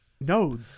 No